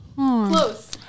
Close